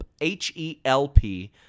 H-E-L-P